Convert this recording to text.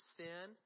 sin